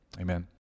amen